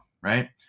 Right